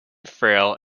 frail